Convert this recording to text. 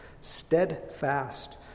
Steadfast